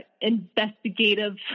investigative